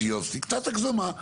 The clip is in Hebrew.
קצת הגזמה.